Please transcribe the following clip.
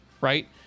right